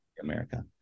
America